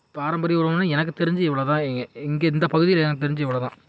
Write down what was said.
பாரம்பரிய உணவுனால் எனக்கு தெரிஞ்சு இவ்வளோ தான் இங்கே இங்கே இந்த பகுதியில் எனக்கு தெரிஞ்சு இவ்வளோ தான்